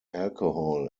alcohol